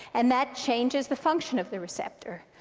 and that changes the function of the receptor.